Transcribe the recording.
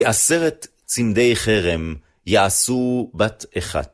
עשרת צמדי חרם יעשו בת אחת.